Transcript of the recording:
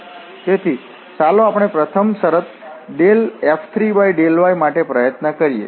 તેથી ચાલો આપણે પ્રથમ શરત F3∂y માટે પ્રયત્ન કરીએ